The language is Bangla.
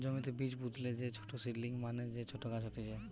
জমিতে বীজ পুতলে যে ছোট সীডলিং মানে যে ছোট গাছ হতিছে